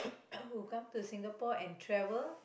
come to Singapore and travel